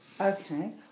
Okay